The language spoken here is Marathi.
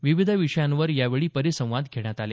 विविध विषयांवर यावेळी परिसंवाद घेण्यात आले